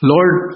Lord